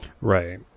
Right